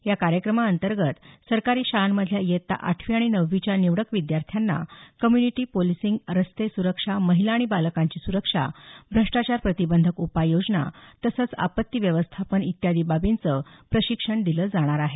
या कार्यक्रमातंर्गत सरकारी शाळांमधल्या इयत्ता आठवी आणि नववीच्या निवडक विद्यार्थ्यांना कम्य्निटी पोलिसिंग रस्ते सुरक्षा महिला आणि बालकांची सुरक्षा भ्रष्टाचार प्रतिबंधक उपाययोजना तसंच आपत्ती व्यवस्थापन इत्यादी बाबींचं प्रशिक्षण दिलं जाणार आहे